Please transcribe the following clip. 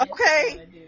Okay